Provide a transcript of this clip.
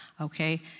Okay